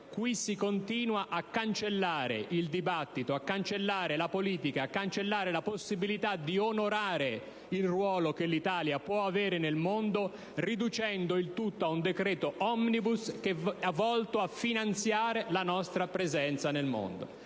Qui si continua a cancellare il dibattito, a cancellare la politica e a cancellare la possibilità di onorare il ruolo che l'Italia può avere nel mondo, riducendo il tutto ad un decreto *omnibus* volto a finanziare la nostra presenza all'estero.